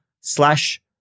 slash